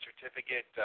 certificate